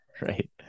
Right